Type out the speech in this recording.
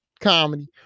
comedy